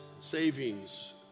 savings